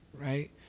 right